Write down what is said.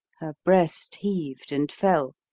her breast heaved and fell.